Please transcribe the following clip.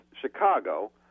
Chicago